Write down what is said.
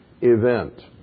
event